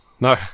no